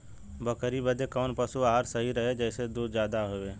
बकरी बदे कवन पशु आहार सही रही जेसे दूध ज्यादा होवे?